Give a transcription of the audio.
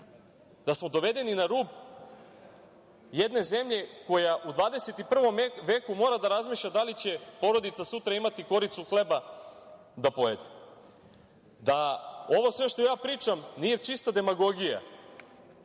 da smo dovedeni na rub jedne zemlje koja u 21. veku mora da razmišlja da li će porodica sutra imati koricu hleba da pojede. Da ovo sve što ja pričam nije čista demagogija